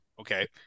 okay